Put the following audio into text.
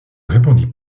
répondit